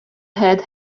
had